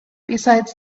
besides